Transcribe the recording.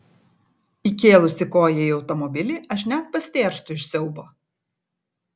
įkėlusi koją į automobilį aš net pastėrstu iš siaubo